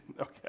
Okay